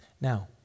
Now